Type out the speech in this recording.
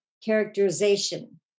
characterization